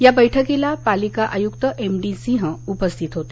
या बैठकीला पालिका आयुक्त एम डी सिंह उपस्थित होते